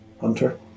hunter